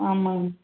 ஆமாம்ங்க